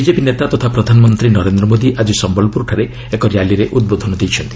BJP ନେତା ତଥା ପ୍ରଧାନମନ୍ତ୍ରୀ ନରେନ୍ଦ୍ର ମୋଦି ଆଜି ସମ୍ଭଲପୁରଠାରେ ଏକ ର୍ୟାଲିରେ ଉଦ୍ବୋଧନ ଦେଇଛନ୍ତି